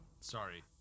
Sorry